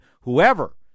whoever